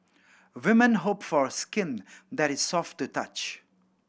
women hope for skin that is soft to touch